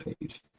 page